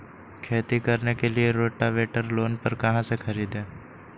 खेती करने के लिए रोटावेटर लोन पर कहाँ से खरीदे?